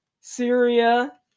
Syria